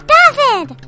David